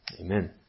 Amen